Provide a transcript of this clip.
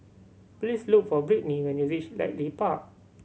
please look for Brittney when you reach Ridley Park